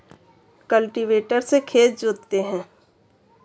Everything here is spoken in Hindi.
कल्टीवेटर से खेत जोतते हैं